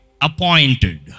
appointed